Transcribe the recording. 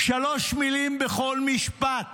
שלוש מילים בכל משפט: